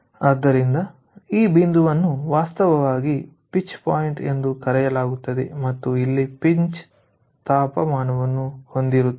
ಆದ್ದರಿಂದ ಈ ಬಿಂದುವನ್ನು ವಾಸ್ತವವಾಗಿ ಪಿಂಚ್ ಪಾಯಿಂಟ್ ಎಂದು ಕರೆಯಲಾಗುತ್ತದೆ ಮತ್ತು ಇಲ್ಲಿ ಪಿಂಚ್ ತಾಪಮಾನವನ್ನು ಹೊಂದಿರುತ್ತೇವೆ